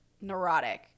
neurotic